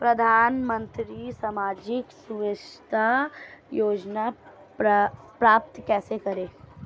प्रधानमंत्री सामाजिक सुरक्षा योजना प्राप्त कैसे करें?